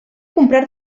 comprar